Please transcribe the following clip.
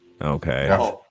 Okay